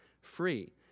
free